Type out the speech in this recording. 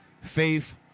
Faith